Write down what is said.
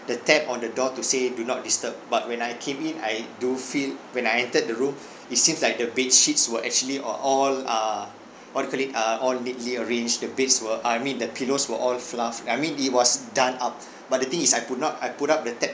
the tab on the door to say do not disturb but when I came in I do feel when I entered the room it seems like the bedsheets were actually or all uh what you call it uh all neatly arranged the beds were I mean the pillows were all fluffed I mean it was done up but the thing is I put out I put up the tab